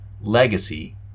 Legacy